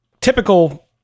typical